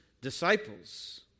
disciples